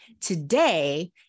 Today